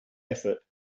effort